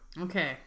Okay